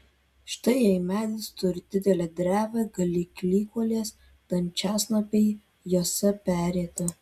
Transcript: štai jei medis turi didelę drevę gali klykuolės dančiasnapiai jose perėti